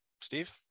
Steve